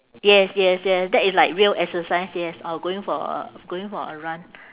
yes yes yes that is like real exercise yes or going for a going for a run